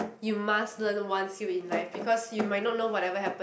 you must learn one skill in life because you might not know whatever happen